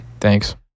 thanks